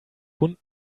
bunten